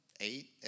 eight